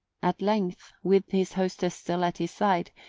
at length, with his hostess still at his side,